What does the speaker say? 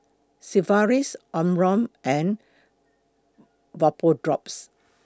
Sigvaris Omron and Vapodrops